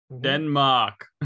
Denmark